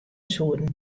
soene